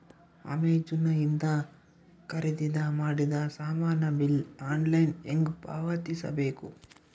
Amazon ಇಂದ ಖರೀದಿದ ಮಾಡಿದ ಸಾಮಾನ ಬಿಲ್ ಆನ್ಲೈನ್ ಹೆಂಗ್ ಪಾವತಿಸ ಬೇಕು?